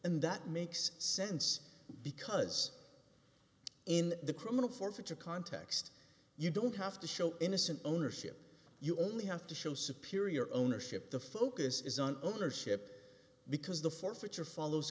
and that makes sense because in the criminal forfeiture context you don't have to show innocent ownership you only have to show superior ownership the focus is on ownership because the forfeiture follows